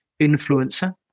influencer